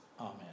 Amen